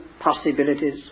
possibilities